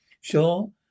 Sure